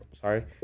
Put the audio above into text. Sorry